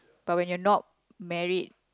but when you're not married